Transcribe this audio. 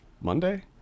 Monday